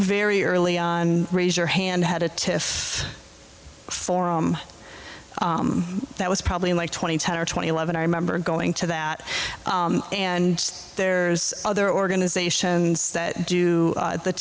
very early on raise your hand had a test for that was probably like twenty ten or twenty eleven i remember going to that and there's other organizations that do the t